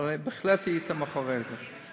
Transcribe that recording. אבל בהחלט היית מאחורי זה.